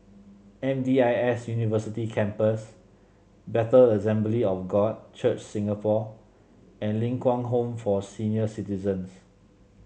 M D I S University Campus Bethel Assembly of God Church Singapore and Ling Kwang Home for Senior Citizens